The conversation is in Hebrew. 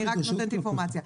אני רק נותנת אינפורמציה.